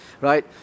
right